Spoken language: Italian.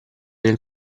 nel